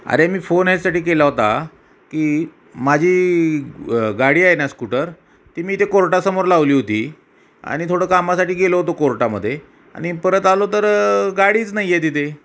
अरे मी फोन याच्यासाठी केला होता की माझी गाडी आहे ना स्कूटर ती मी इथे कोर्टासमोर लावली होती आणि थोडं कामासाठी गेलो होतं कोर्टामध्ये आणि परत आलो तर गाडीच नाही आहे तिथे